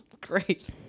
Great